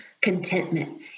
contentment